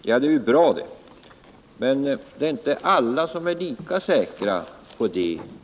Ja, det är ju i och för sig bra, men alla är tydligen inte lika säkra på det.